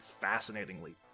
fascinatingly